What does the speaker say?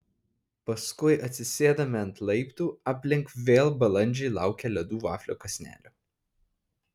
paskui atsisėdame ant laiptų aplink vėl balandžiai laukia ledų vaflio kąsnelio